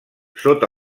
sota